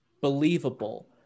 believable